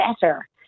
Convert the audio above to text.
better